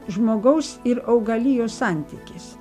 žmogaus ir augalijos santykis